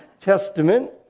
Testament